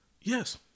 Yes